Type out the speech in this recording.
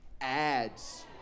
ads